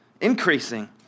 increasing